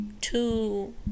two